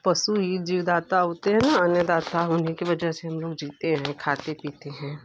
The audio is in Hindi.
पशु ही जीवदाता होते हैं ना अन्नदाता उन्हीं के वजह से हम लोग जीते हैं खाते पीते हैं